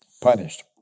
punished